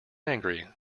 angry